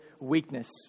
weakness